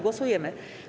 Głosujemy.